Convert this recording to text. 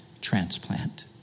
transplant